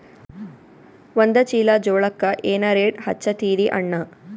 ಒಂದ ಚೀಲಾ ಜೋಳಕ್ಕ ಏನ ರೇಟ್ ಹಚ್ಚತೀರಿ ಅಣ್ಣಾ?